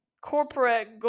corporate